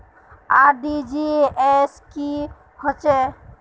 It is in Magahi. आर.टी.जी.एस की होचए?